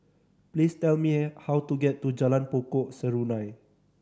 please tell me how to get to Jalan Pokok Serunai